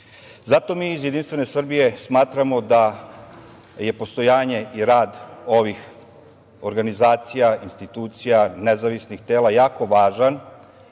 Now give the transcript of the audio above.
mi iz JS smatramo da je postojanje i rad ovih organizacija, institucija, nezavisnih tela, jako važan